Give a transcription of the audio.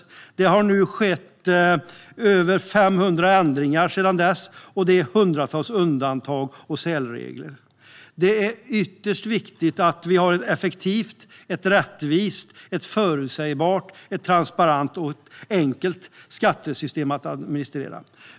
Sedan dess har det skett över 500 ändringar, och det finns hundratals undantag och särregler. Det är av yttersta vikt att vi har ett effektivt, rättvist, förutsägbart, transparent och enkelt skattesystem att administrera.